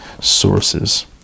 sources